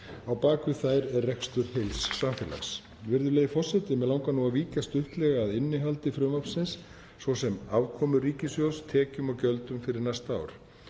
við þær er rekstur heils samfélags. Virðulegi forseti. Mig langar nú að víkja stuttlega að innihaldi frumvarpsins svo sem afkomu ríkissjóðs, tekjum og gjöldum fyrir næsta ár.